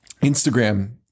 Instagram